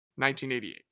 1988